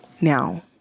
now